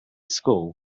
school